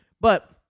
But-